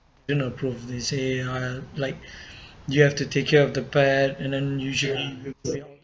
didn't approve they say uh like you have to take care of the pet and then usually you play outside